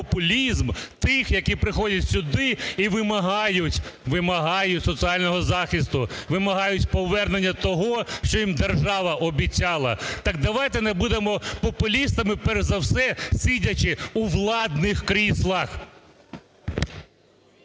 тих, які приходять сюди і вимагають, вимагають соціального захисту, вимагають повернення того, що їм держава обіцяла. Так давайте не будемо популістами, перш за все, сидячи у владних кріслах.